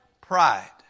Pride